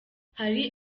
hari